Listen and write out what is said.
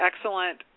excellent